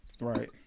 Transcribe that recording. Right